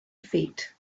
feet